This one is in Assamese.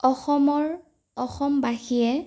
অসমৰ অসমবাসীয়ে